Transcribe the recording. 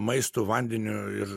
maistu vandeniu ir